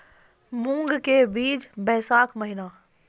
मूंग के बीज बैशाख महीना